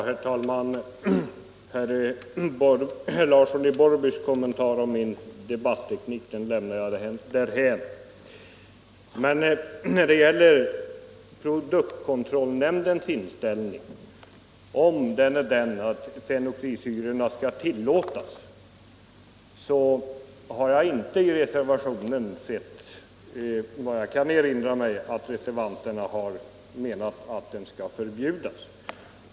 Herr talman! Herr Larssons i Borrby kommentar rörande min debat Torsdagen den teknik lämnar jag därhän. Men när det gäller produktkontrollnämndens 29 maj 1975 inställning till frågan om fenoxisyrorna så har jag såvitt jag kan erinra mig inte i reservationen sett att reservanterna har menat att de skall — Förbud mot förbjudas.